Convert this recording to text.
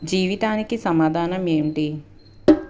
జీవితానికి సమాధానం ఏమిటి